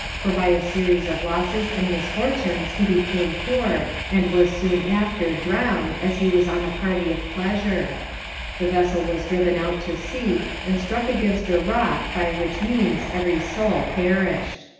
for by a series of losses and misfortunes he became poor, and was soon after drowned, as he was on a party of pleasure the vessel was driven out to sea, and struck against a rock by which means every soul perished